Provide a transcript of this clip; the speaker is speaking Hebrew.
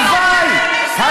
תנו לו לדבר, בבקשה.